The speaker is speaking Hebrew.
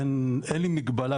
אין לי מגבלה,